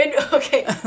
Okay